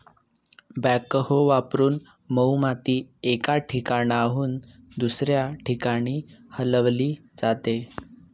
backhoe वापरून मऊ माती एका ठिकाणाहून दुसऱ्या ठिकाणी हलवली जाते